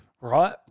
right